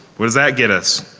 what does that get us?